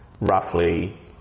roughly